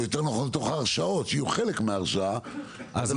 יותר נכון לתוך ההרשאות שיהיו חלק מההרשאה --- אני